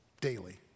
daily